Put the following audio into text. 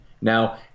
Now